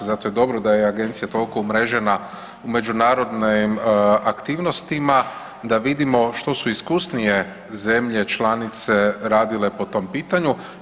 Zato je i dobro da je agencija toliko umrežena u međunarodnim aktivnostima da vidimo što su iskusnije zemlje članice radile po tom pitanju.